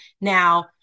Now